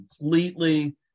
completely